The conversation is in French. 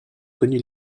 connu